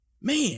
man